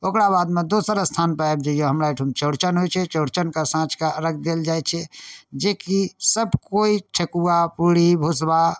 ओकरा बादमे दोसर स्थान पर आबि जाइयौ हमरा ओहिठाम चौड़चन होइ छै चौड़चनके साँझुका अर्घ्य देल जाइ छै जेकि सब कोइ ठेकुआ पूरी भूसबा